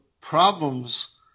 problems